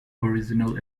original